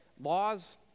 Laws